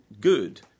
good